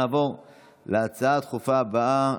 נעבור להצעה הדחופה הבאה,